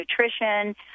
nutrition